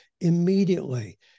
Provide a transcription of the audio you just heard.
immediately